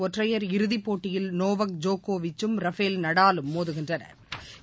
ஒற்றையர் இறுதி போட்டியில் நோவக் ஜோக்கோவிச்சும் ரஃபேல் நடாலும் மோதுகின்றனா்